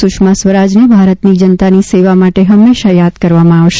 સુષ્મા સ્વરાજને ભારતની જનતાની સેવા માટે હંમેશા યાદ કરવામાં આવશે